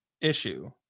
issue